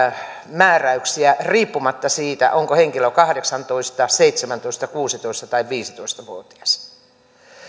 määräyksiä riippumatta siitä onko henkilö kahdeksantoista seitsemäntoista kuusitoista tai viisitoista vuotias